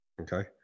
okay